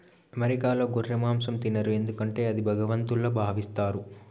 అమెరికాలో గొర్రె మాంసం తినరు ఎందుకంటే అది భగవంతుల్లా భావిస్తారు